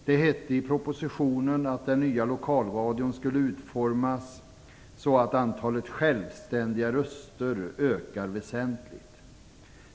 Det hette i propositionen att den nya lokalradion skulle utformas så att antalet självständiga röster ökar väsentligt.